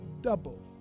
double